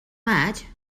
maig